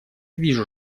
вижу